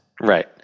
Right